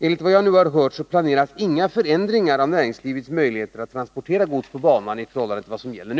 Efter vad jag erfarit planeras inga förändringar av näringslivets möjligheter att transportera gods på banan.